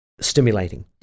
stimulating